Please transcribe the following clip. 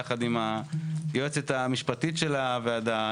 יחד עם היועצת המשפטית של הוועדה,